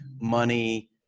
money